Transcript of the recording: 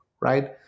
right